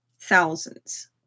thousands